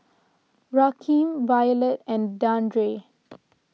Rakeem Violet and Dandre